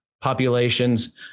populations